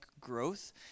growth